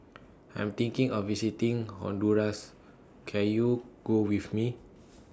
I'm thinking of visiting Honduras Can YOU Go with Me